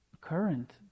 current